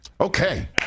Okay